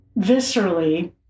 viscerally